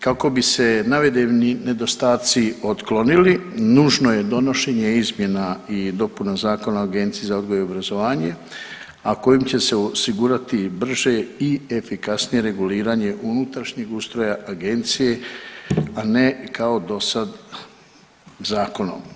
Kako bi se navedeni nedostaci otklonili nužno je donošenje izmjena i dopuna Zakona o agenciji za odgoj i obrazovanje, a kojim će se osigurati brže i efikasnije reguliranje unutrašnjeg ustroja agencije, a ne kao dosad zakonom.